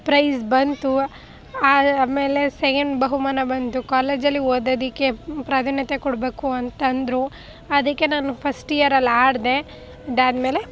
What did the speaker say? prize ಬಂತು ಆ ಆಮೇಲೆ ಸೆಕೆಂಡ್ ಬಹುಮಾನ ಬಂತು ಕಾಲೇಜಲ್ಲಿ ಓದೋದಕ್ಕೆ ಪ್ರಾಧಾನ್ಯತೆ ಕೊಡಬೇಕು ಅಂತ ಅಂದರು ಅದಕ್ಕೆ ನಾನು ಫಸ್ಟ್ ಇಯರಲ್ಲಿ ಆಡಿದೆ ಅದಾದ್ಮೇಲೆ